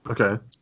Okay